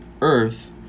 earth